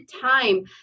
time